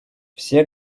все